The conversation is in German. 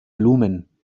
blumen